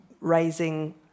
raising